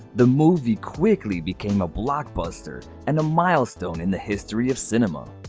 the movie quickly became a blockbuster and a milestone in the history of cinema.